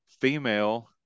female